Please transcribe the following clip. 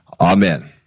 Amen